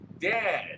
dad